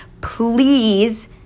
please